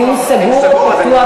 דיון סגור או פתוח,